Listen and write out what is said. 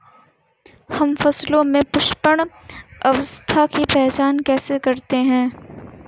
हम फसलों में पुष्पन अवस्था की पहचान कैसे करते हैं?